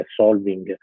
solving